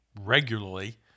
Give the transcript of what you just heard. regularly